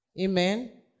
Amen